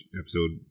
episode